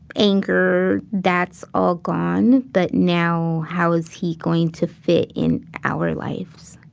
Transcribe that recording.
anger. that's all gone but now how is he going to fit in our lives?